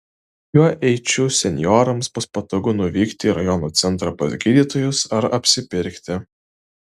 juo eičių senjorams bus patogu nuvykti į rajono centrą pas gydytojus ar apsipirkti